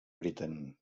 britten